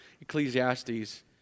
Ecclesiastes